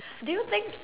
do you think